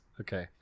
Okay